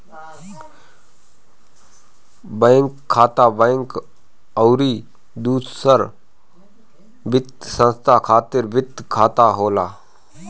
bank खाता, bank अउरी दूसर वित्तीय संस्था खातिर वित्तीय खाता होला